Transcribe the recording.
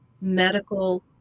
medical